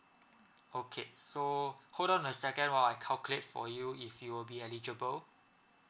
okay so hold on a second while I calculate for you if you'll be eligible